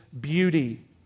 beauty